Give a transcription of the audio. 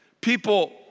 People